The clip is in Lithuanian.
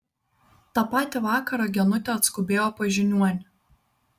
tą patį vakarą genutė atskubėjo pas žiniuonį